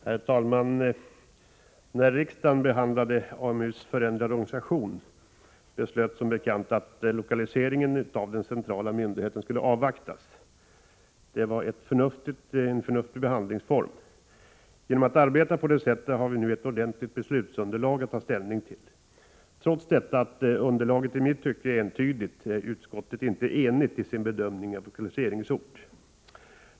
Herr talman! När riksdagen behandlade förslaget till AMU:s förändrade organisation beslöts som bekant att man skulle avvakta med lokaliseringen av den centrala myndigheten. Det var en förnuftig behandlingsform. Genom att arbeta på det sättet har vi nu ett ordentligt beslutsunderlag att ta ställning till. Trots att underlaget i mitt tycke är entydigt är dock utskottet inte enigt i sin bedömning av lokaliseringsort.